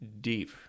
deep